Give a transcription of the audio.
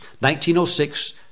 1906